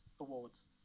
Awards